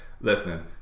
Listen